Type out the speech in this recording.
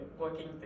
working